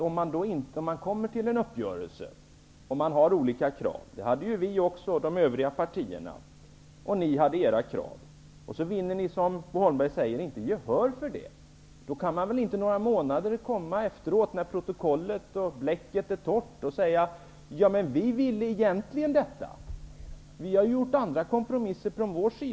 Om man kommer till en uppgörelse och har olika krav -- det hade ju vi och de övriga partierna också -- och inte vinner gehör för det, kan man väl inte några månader efteråt när bläcket på protokollet har torkat, komma och säga att man ville egentligen det här. Vi från vår sida har ju gjort andra kompromisser.